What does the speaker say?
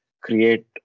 create